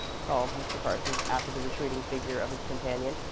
called mr. parsons after the retreating figure of his companion,